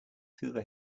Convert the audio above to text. through